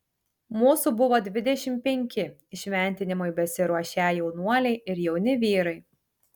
mūsų buvo dvidešimt penki įšventinimui besiruošią jaunuoliai ir jauni vyrai